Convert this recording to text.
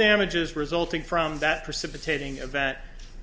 damages resulting from that precipitated that